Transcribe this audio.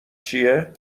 چیه